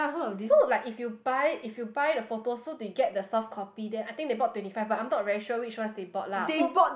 so like if you buy if you buy the photos so they get the soft copy then I think they bought twenty five but I'm not really sure which one they bought lah